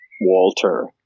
Walter